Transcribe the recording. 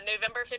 November